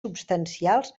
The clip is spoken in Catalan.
substancials